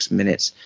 minutes